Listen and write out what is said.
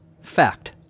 Fact